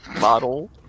model